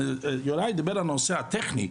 יוראי דיבר על הנושא הטכני,